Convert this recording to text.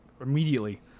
immediately